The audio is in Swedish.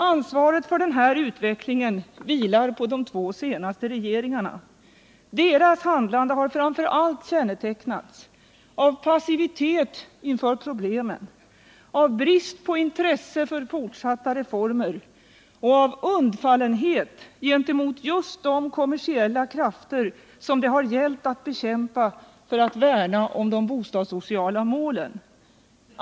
Ansvaret för denna utveckling vilar på de två senaste regeringarna. Deras handlande har framför allt kännetecknats av passivitet inför problemen, av brist på intresse för fortsatta reformer och av undfallenhet gentemot just de kommersiella krafter som det har gällt att bekämpa för att värna om de bostadssociala målen.